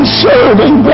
serving